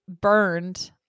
burned